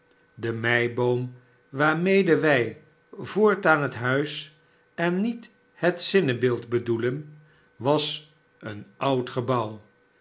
de meiboom waarmede wij voortaan het huis en niet het zinnebeeld bedoelen was een oud gebouw